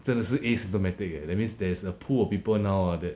真的是 asymptomatic leh that means there's a pool of people now ah that